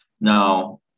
Now